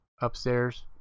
upstairs